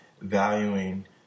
valuing